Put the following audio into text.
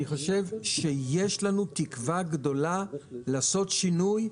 אני חושב שיש לנו תקווה גדולה לעשות שינוי.